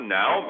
now